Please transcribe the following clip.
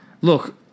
Look